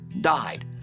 died